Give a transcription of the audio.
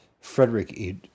Frederick